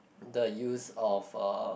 the use of uh